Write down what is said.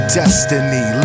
destiny